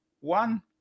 one